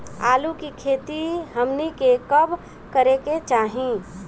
आलू की खेती हमनी के कब करें के चाही?